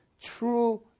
true